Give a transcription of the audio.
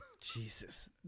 Jesus